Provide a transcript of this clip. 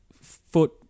Foot